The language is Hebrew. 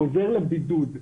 חוזר לבידוד,